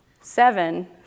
seven